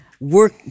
work